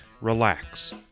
relax